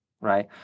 right